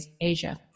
Asia